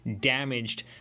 damaged